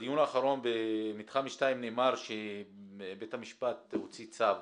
בדיון האחרון במתחם 2 נאמר שבית המשפט הוציא צו